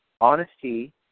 Honesty